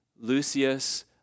Lucius